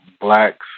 Blacks